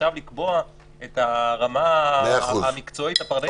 עכשיו לקבוע את הרמה המקצועית הפרטנית.